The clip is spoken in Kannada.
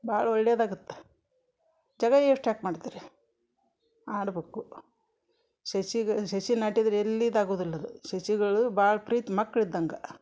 ಭಾಳ ಒಳ್ಳೆದಾಗತ್ತೆ ಜಾಗ ಯೇಶ್ಟ್ ಯಾಕೆ ಮಾಡ್ತೀರಿ ಮಾಡ್ಬೇಕು ಸಸಿಗ ಸಸಿ ನಾಟಿದ್ರೆ ಎಲ್ಲಿ ಇದಾಗೋದಿಲ್ಲ ಅದು ಸಸಿಗಳು ಭಾಳ ಪ್ರೀತಿ ಮಕ್ಳು ಇದ್ದಂಗೆ